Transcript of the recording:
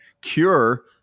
cure